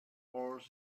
oars